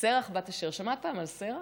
שרח בת אשר, שמעת פעם על שרח?